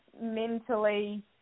mentally